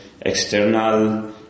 external